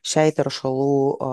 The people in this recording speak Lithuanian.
šiai teršalų